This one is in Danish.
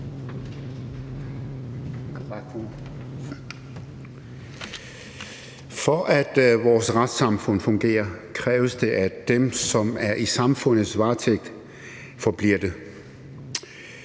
For at vores retssamfund kan fungere, kræves det, at dem, som er i samfundets varetægt, forbliver det.